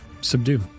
Subdue